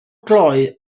glou